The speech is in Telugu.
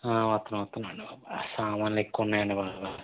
వస్తున్నా వస్తున్నాను సామాన్లెక్కువున్నాయండి బాగా